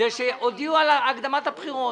הודיעו על הקדמת הבחירות.